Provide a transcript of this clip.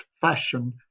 fashion